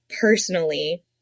personally